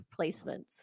placements